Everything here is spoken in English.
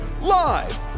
Live